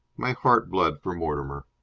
my heart bled for mortimer.